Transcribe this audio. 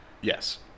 Yes